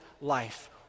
life